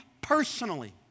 personally